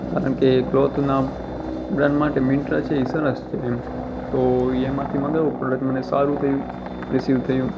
કારણ કે એ કલોથનાં બ્રાન્ડ માટે મિન્ટ્રા છે એ સરસ છે એમ તો એમાંથી મગાવ્યું પ્રોડ્કટ મને સારું થયું રિસીવ થયું